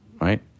Right